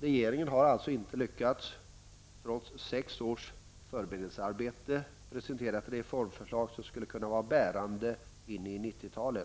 Regeringen har alltså inte lyckats presentera ett reformförslag som skulle kunna vara bärande in i 90-talet trots sex års förberedelsearbete.